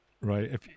right